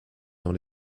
dans